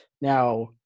Now